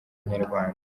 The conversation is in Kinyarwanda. inyarwanda